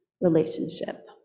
relationship